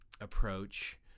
approach